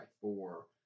four